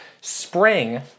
Spring